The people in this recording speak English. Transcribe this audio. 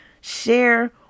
Share